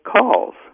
calls